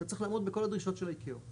אתה צריך לעמוד בכל הדרישות של ה-ICAO.